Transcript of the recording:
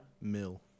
Mill